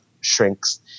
shrinks